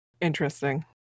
Interesting